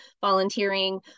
volunteering